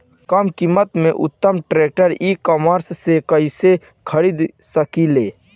कम कीमत पर उत्तम ट्रैक्टर ई कॉमर्स से कइसे खरीद सकिले?